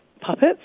puppets